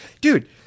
Dude